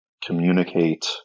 communicate